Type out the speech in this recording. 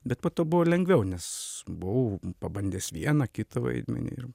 bet po to buvo lengviau nes buvau pabandęs vieną kitą vaidmenį ir